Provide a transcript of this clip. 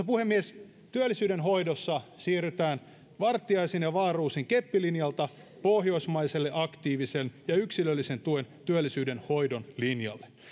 puhemies työllisyyden hoidossa siirrytään vartiaisen ja wahlroosin keppilinjalta pohjoismaiselle aktiivisen ja yksilöllisen tuen työllisyyden hoidon linjalle